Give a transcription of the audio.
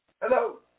Hello